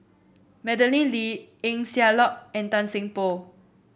Madeleine Lee Eng Siak Loy and Tan Seng Poh